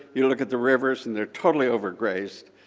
you look at the rivers and they're totally overgrazed,